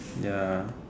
ya